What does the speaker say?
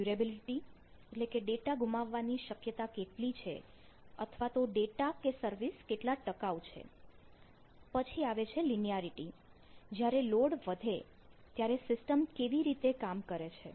durability જ્યારે load વધે ત્યારે સિસ્ટમ કેવી રીતે કામ કરે છે